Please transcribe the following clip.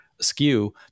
skew